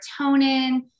serotonin